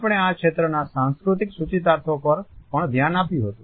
આપણે આ ક્ષેત્રના સાંસ્કૃતિક સૂચિતાર્થો પર પણ ધ્યાન આપ્યું હતું